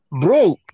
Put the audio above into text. Bro